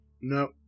No